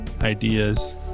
ideas